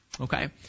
Okay